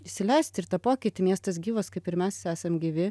įsileist ir tą pokytį miestas gyvas kaip ir mes esam gyvi